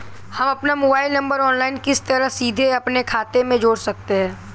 हम अपना mobile number online किस तरह सीधे अपने खाते में जोड़ सकते हैं?